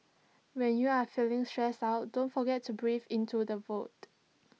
when you are feeling stressed out don't forget to breathe into the void